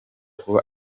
kuba